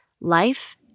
Life